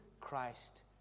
Christ